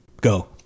go